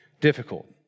Difficult